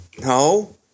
No